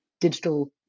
digital